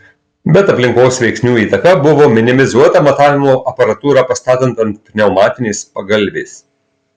bet aplinkos veiksnių įtaka buvo minimizuota matavimo aparatūrą pastatant ant pneumatinės pagalvės